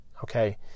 okay